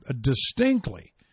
distinctly